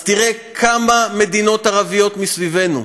אז תראה כמה מדינות ערביות מסביבנו,